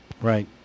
right